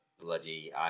bloody